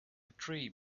tree